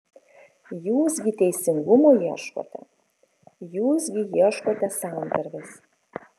jūs gi teisingumo ieškote jūs gi ieškote santarvės